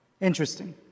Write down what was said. Interesting